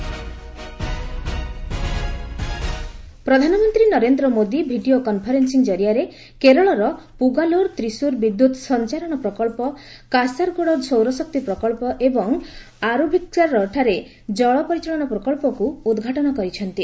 PM Kerala ପ୍ରଧାନମନ୍ତ୍ରୀ Narendra Modi video conferencing ଜରିଆରେ କେରଳର ପୁଗାଲୁର ତ୍ରିଶୁର ବିଦ୍ୟୁତ୍ ସଞ୍ଚାରଣ ପ୍ରକଳ୍ପ କାସାରଗୋଡ଼ ସୌରଶକ୍ତି ପ୍ରକଳ୍ପ ଏବଂ ଆରୁଭିକ୍କରାଠାରେ ଜଳ ପରିଚାଳନା ପ୍ରକଳ୍ପକୁ ଉଦ୍ଘାଟନ କରିଛନ୍ତି